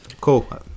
cool